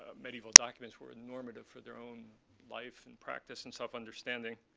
medieval documents were normative for their own life, and practice, and self-understanding.